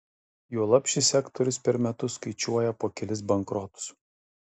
juolab šis sektorius per metus skaičiuoja po kelis bankrotus